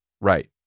Right